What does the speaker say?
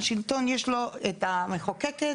השלטון יש לו את המחוקקת